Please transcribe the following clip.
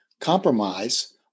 compromise